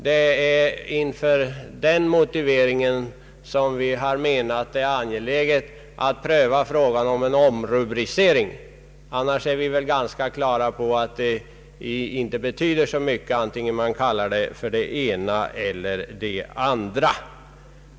Med denna motivering har vi ansett det vara angeläget att frågan om en omrubricering prövas. Annars är vi väl tämligen på det klara med att det inte betyder så mycket vad det ena eller det andra kallas.